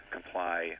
comply